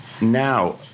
now